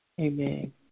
Amen